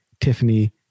Tiffany